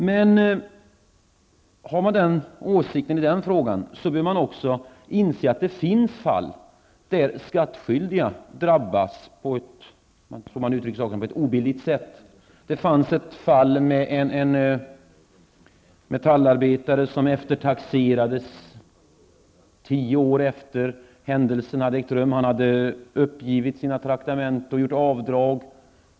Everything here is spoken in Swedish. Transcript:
Men har man den åsikten bör man också inse att det finns fall då den skattskyldige drabbas på ett obilligt sätt. Det fanns ett fall där en metallarbetare eftertaxerades tio år efter det att händelsen hade ägt rum. Han hade uppgivit sina traktamenten och gjort sina avdrag.